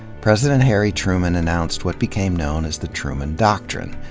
president harry truman announced what became known as the truman doctrine,